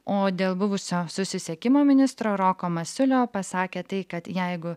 o dėl buvusio susisiekimo ministro roko masiulio pasakė tai kad jeigu